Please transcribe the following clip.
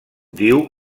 diu